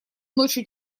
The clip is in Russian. ночью